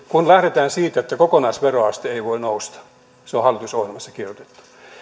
kun lähdetään siitä että kokonaisveroaste ei voi nousta se on hallitusohjelmassa kirjoitettu